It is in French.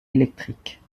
électrique